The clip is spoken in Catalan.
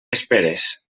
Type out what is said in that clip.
esperes